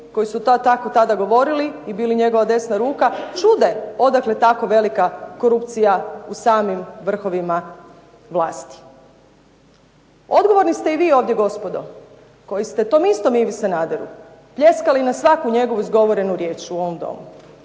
koji su to tako tada govorili i bili njegova desna ruka čude odakle tako velika korupcija u samim vrhovima vlasti. Odgovorni ste i vi ovdje gospodo koji ste tom istom Ivi Sanaderu pljeskali na svaku njegovu izgovorenu riječ u ovom Domu,